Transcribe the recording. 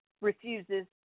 refuses